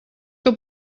que